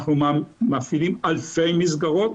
אנחנו מפעילים אלפי מסגרות,